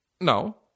no